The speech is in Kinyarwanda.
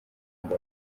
ngo